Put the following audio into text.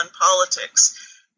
politics